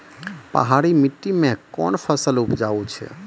पहाड़ी मिट्टी मैं कौन फसल उपजाऊ छ?